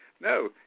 No